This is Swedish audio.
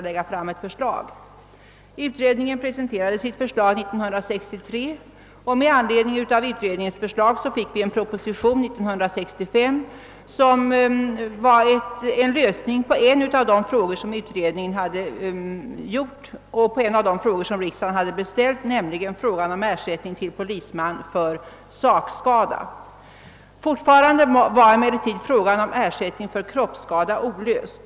Denna utredning presenterade sitt förslag år 1963, vilket ledde fram till en proposition år 1965. Denna gav lösningen på en av de frågor som riksdagen ställt, nämligen hur ersättning till polisman för sakskada skall utgå. Men fortfarande var frågan om ersättning för kroppsskada olöst.